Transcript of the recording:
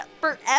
forever